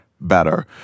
Better